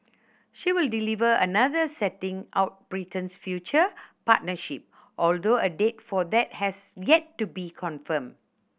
she will deliver another setting out Britain's future partnership although a date for that has yet to be confirmed